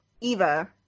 Eva